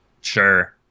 Sure